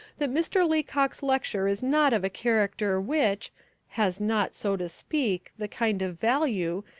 that mr. leacock's lecture is not of a character which has not, so to speak, the kind of value,